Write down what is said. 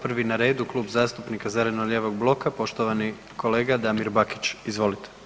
Prvi na redu Klub zastupnika zeleno-lijevog bloka poštovani kolega Damir Bakić, izvolite.